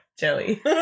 Jelly